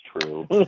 true